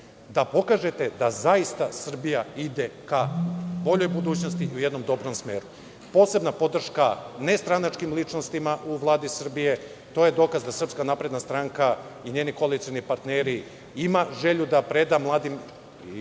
da pokažete da zaista Srbija ide ka boljoj budućnosti i u jednom dobrom smeru. Posebna podrška nestranačkim ličnostima u Vladi Srbije. To je dokaz da SNS i njeni koalicioni partneri ima želju da preda mladim